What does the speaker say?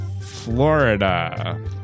Florida